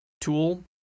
tool